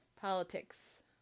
politics